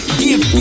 give